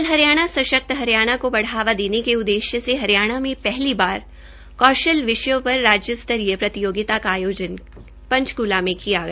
क्शल हरियाणा सशक्त हरियाणा को बढ़ावा देने के उद्देश्य से हरियाणा में पहली बार कौशल विषयों पर राज्यस्तरीय प्रतियोगिता का आयोजन पंचक्ला में किया गया